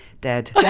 Dead